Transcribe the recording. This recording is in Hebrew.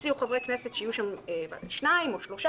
הציעו חברי כנסת שיהיה שם שניים או שלושה